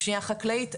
פשיעה חקלאית,